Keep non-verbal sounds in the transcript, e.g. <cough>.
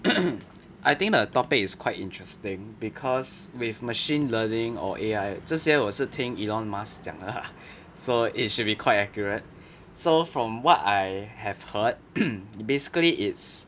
I think the topic is quite interesting because with machine learning or A_I 这些我是听 elon musk 讲 so it should be quite accurate so from what I have heard <noise> it basically it's